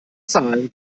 zahlen